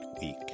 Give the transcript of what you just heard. week